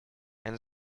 and